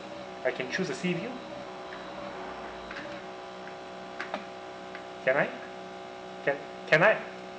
I can choose the sea view can I can can I